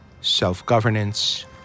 self-governance